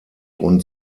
und